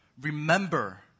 Remember